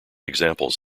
examples